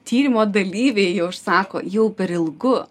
tyrimo dalyviai jau ir sako jau per ilgu